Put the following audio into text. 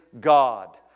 God